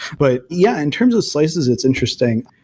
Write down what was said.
but yeah, in terms of slices it's interesting.